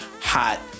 hot